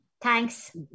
Thanks